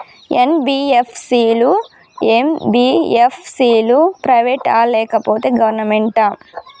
NBFC లు, MBFC లు private ఆ లేకపోతే గవర్నమెంటా?